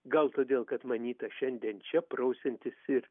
gal todėl kad manyta šiandien čia prausiantis ir